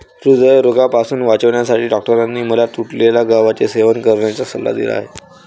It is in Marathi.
हृदयरोगापासून वाचण्यासाठी डॉक्टरांनी मला तुटलेल्या गव्हाचे सेवन करण्याचा सल्ला दिला आहे